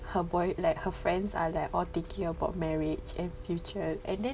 her boy like her friends are like all thinking about marriage and future and then